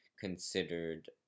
considered